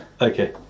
okay